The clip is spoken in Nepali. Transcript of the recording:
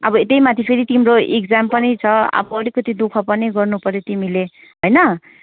अब त्यहीमाथि फेरि तिम्रो इक्जाम पनि छ अब अलिकति दुःख पनि गर्नु पऱ्यो तिमीले होइन